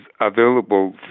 available